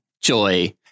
Joy